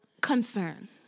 concern